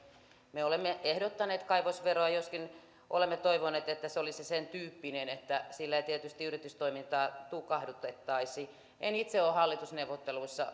me olemme ehdottaneet kaivosveroa joskin olemme toivoneet että se olisi sen tyyppinen että sillä ei tietysti yritystoimintaa tukahdutettaisi en itse ole hallitusneuvotteluissa